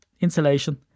insulation